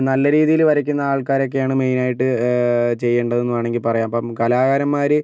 നല്ല രീതിയില് വരയ്ക്കുന്ന ആള്ക്കാരൊക്കെയാണ് മെയിനായിട്ട് ചെയ്യേണ്ടത് എന്ന് വേണമെങ്കില് പറയാം അപ്പം കലാകാരന്മാർ